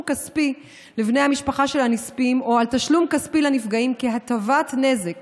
כספי לבני המשפחה של הנספים או על תשלום כספי לנפגעים כהטבת נזק